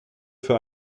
für